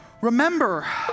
remember